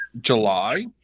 july